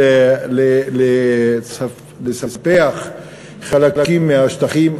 לספח חלקים מהשטחים,